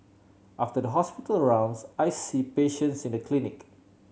after the hospital rounds I see patients in the clinic